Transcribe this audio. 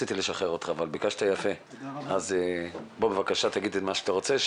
אז בבקשה תגיד מה שאתה רוצה.